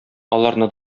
аларны